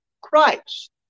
christ